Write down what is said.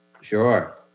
Sure